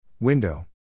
Window